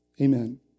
Amen